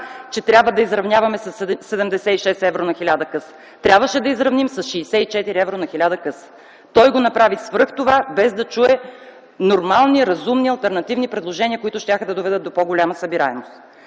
че трябва да изравняваме със 76 евро на хиляда къса, трябваше да изравним с 64 евро на хиляда къса. Той го направи свръх това, без да чуе нормални, разумни, алтернативни предложения, които щяха да доведат до по-голяма събираемост.